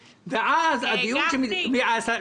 גפני,